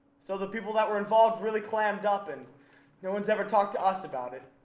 so the people that were involved really clammed up and no one's ever talked to us about it.